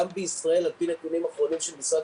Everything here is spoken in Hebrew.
גם בישראל על פי נתונים אחרונים של משרד